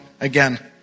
again